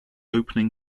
opening